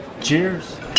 Cheers